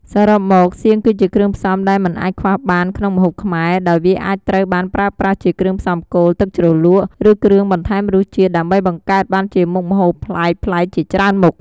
សរុបមក សៀងគឺជាគ្រឿងផ្សំដែលមិនអាចខ្វះបានក្នុងម្ហូបខ្មែរ ដោយវាអាចត្រូវបានប្រើប្រាស់ជាគ្រឿងផ្សំគោល ទឹកជ្រលក់ ឬគ្រឿងបន្ថែមរសជាតិ ដើម្បីបង្កើតបានជាមុខម្ហូបប្លែកៗជាច្រើនមុខ។